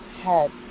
head